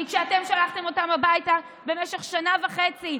כי כשאתם שלחתם אותם הביתה למשך שנה וחצי,